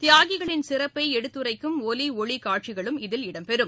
தியாகிகளின் சிறப்பை எடுத்துரைக்கும் ஒலி ஒளி காட்சிகளும் இதில் இடம்பெறும்